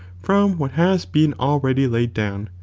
from what has been already laid down,